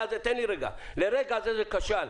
נכון לרגע זה, זה כשל.